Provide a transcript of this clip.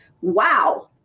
wow